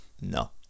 No